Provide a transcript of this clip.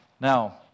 Now